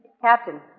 Captain